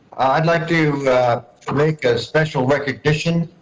i'd like to make a special recognition.